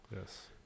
Yes